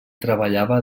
treballava